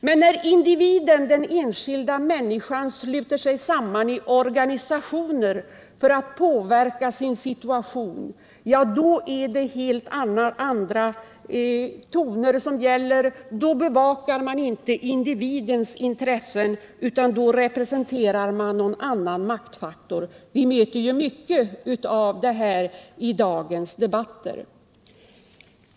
Men när individerna, de enskilda människorna, sluter sig samman i organisationer för att påverka sin situation, ja, då gäller helt andra toner, då bevakar man inte individens intressen utan då representerar man någon annan maktfaktor. Vi möter ju mycket av detta i dagens debatter.